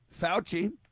Fauci